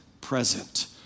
present